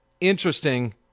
interesting